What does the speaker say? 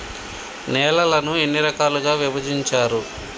నేలలను ఎన్ని రకాలుగా విభజించారు?